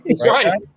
Right